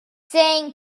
saying